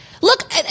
look